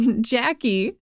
Jackie